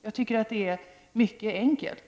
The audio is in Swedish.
Jag tycker att detta är mycket enkelt.